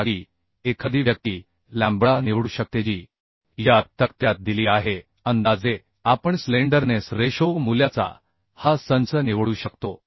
च्या जागी एखादी व्यक्ती लॅम्बडा निवडू शकते जी या तक्त्यात दिली आहे अंदाजे आपण स्लेंडरनेस रेशो मूल्याचा हा संच निवडू शकतो